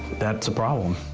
that's a problem.